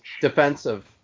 Defensive